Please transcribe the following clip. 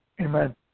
Amen